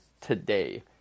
today